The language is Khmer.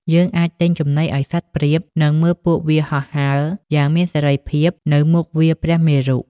យើងអាចទិញចំណីឱ្យសត្វព្រាប និងមើលពួកវាហោះហើរយ៉ាងមានសេរីភាពនៅមុខវាលព្រះមេរុ។